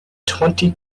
twenty